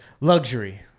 Luxury